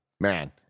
Man